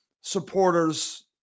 supporters